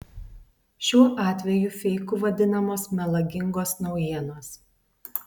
šiuo atveju feiku vadinamos melagingos naujienos